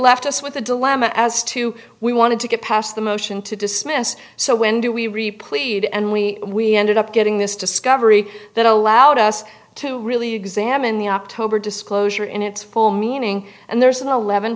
left us with a dilemma as to we wanted to get past the motion to dismiss so when do we replayed and we we ended up getting this discovery that allowed us to really examine the october disclosure in its full meaning and there's an eleven